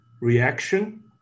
reaction